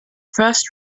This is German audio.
first